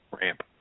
ramp